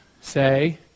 say